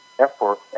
effort